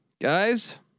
Guys